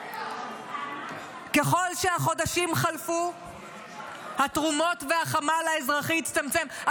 ככל שהחודשים חלפו התרומות והחמ"ל האזרחי הצטמצמו,